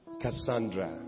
Cassandra